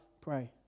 pray